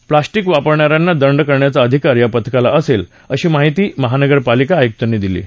plastic वापरणाऱ्यांना दंड करण्याचा अधिकार या पथकाला असेल अशी माहिती महानगरपालिका आयुकांनी दिली आहे